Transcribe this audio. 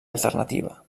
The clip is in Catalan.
alternativa